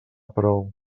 prou